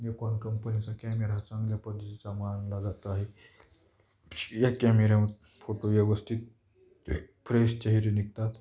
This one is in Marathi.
निकॉन कंपनीचा कॅमेरा हा चांगल्या पद्धतीचा मानला जात आहे या कॅमेऱ्यात फोटो व्यवस्थित फ्रेश चेहरी निघतात